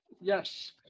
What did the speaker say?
yes